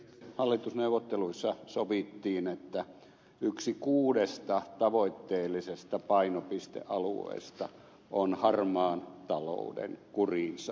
hallitusneuvotteluissa sovittiin että yksi kuudesta tavoitteellisesta painopistealueesta on harmaan talouden kuriin saaminen